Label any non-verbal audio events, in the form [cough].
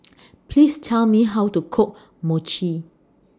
[noise] Please Tell Me How to Cook Mochi